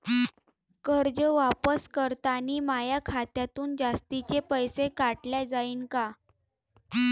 कर्ज वापस करतांनी माया खात्यातून जास्तीचे पैसे काटल्या जाईन का?